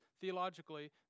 theologically